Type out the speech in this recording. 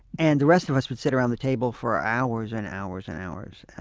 and the rest of us would sit around the table for hours and hours and hours,